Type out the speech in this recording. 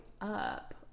up